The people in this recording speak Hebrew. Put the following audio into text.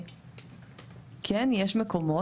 וכן יש מקומות,